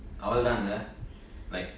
அவ்வளவு தான்ல:avalavu thaanla like